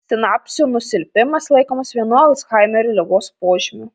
sinapsių nusilpimas laikomas vienu alzhaimerio ligos požymių